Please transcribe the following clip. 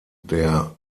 der